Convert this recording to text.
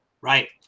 Right